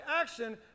action